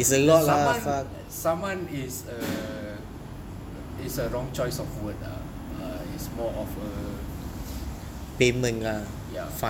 the saman saman is a is a wrong choice of word ah err it's more of err ya